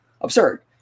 absurd